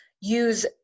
use